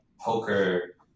poker